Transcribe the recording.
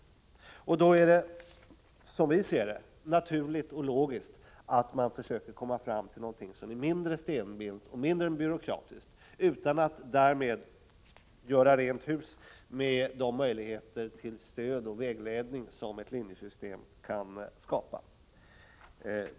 Som vi ser det är det naturligt och logiskt att försöka komma fram till någonting som är mindre stelbent och mindre byråkratiskt, utan att därmed göra rent hus med de möjligheter till stöd och vägledning som ett linjesystem kan skapa.